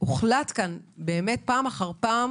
הוחלט כאן פעם אחר פעם